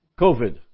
COVID